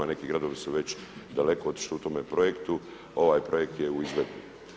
Neki gradovi su već daleko otišli u tome projektu, ovaj projekt je u izvedbi.